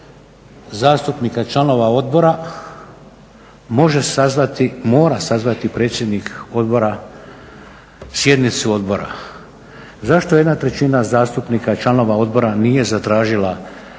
zastupnika i članova odbora može sazvati, mora sazvati predsjednik odbora sjednicu odbora. Zašto 1/3 zastupnika i članova odbora nije zatražila da